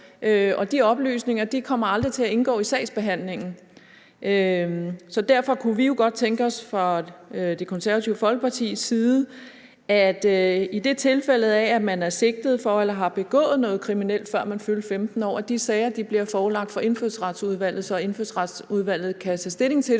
og de oplysninger kommer aldrig til at indgå i sagsbehandlingen. Derfor kunne vi jo godt tænke os fra Det Konservative Folkepartis side, at i tilfælde af at man er sigtet for eller har begået noget kriminelt, før man fylder 15 år, bliver de sager forelagt Indfødsretsudvalget, så Indfødsretsudvalget kan tage stilling til det,